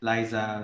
Liza